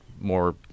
more